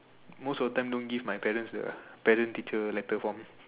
most of the time don't give my parents the parent teacher letter form